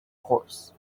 horse